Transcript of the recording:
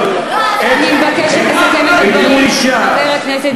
לא, אתה, אני מבקשת לסכם את הדיון, חבר הכנסת זאב.